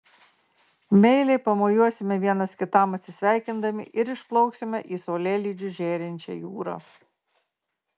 meiliai pamojuosime vienas kitam atsisveikindami ir išplauksime į saulėlydžiu žėrinčią jūrą